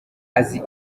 azi